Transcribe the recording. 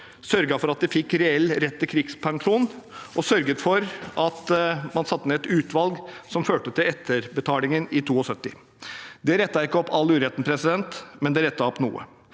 sørget for at de fikk reell rett til krigspensjon, og sørget for at man satte ned et utvalg som førte til etterbetalingen i 1972. Det rettet ikke opp all uretten, men det rettet opp noe.